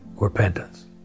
repentance